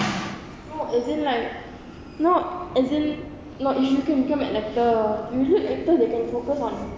no as in like no as in no if you can become an actor usually actors they can focus on